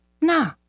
Nah